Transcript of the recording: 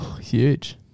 Huge